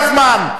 אתה משווה כל הזמן,